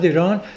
Iran